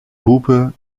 bube